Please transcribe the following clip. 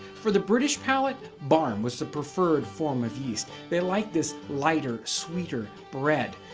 for the british palate, barm was the preferred form of yeast. they like this lighter sweeter bread.